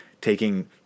taking